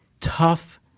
tough